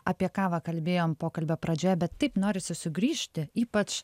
apie kavą kalbėjom pokalbio pradžioje bet taip norisi sugrįžti ypač